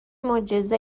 معجزه